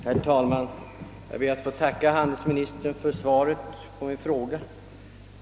Herr talman! Jag ber att få tacka handelsministern för svaret.